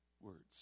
words